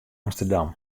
amsterdam